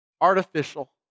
artificial